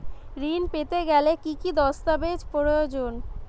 ঋণ পেতে গেলে কি কি দস্তাবেজ প্রয়োজন?